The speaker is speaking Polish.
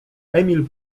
emil